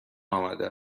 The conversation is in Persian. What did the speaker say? آمده